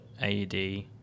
AED